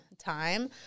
time